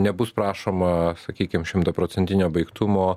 nebus prašoma sakykim šimtaprocentinio baigtumo